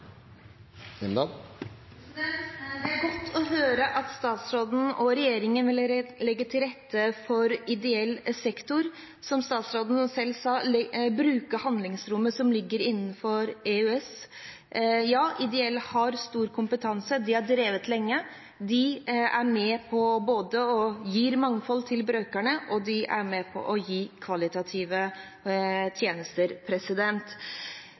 krevende. Det er godt å høre at statsråden og regjeringen vil legge til rette for ideell sektor, og som statsråden selv sa, bruke handlingsrommet som ligger innenfor EØS. Ja, de ideelle har stor kompetanse, de har drevet lenge, de er med på å gi mangfold til brukerne, og de er med på å gi kvalitative